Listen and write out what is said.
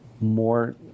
more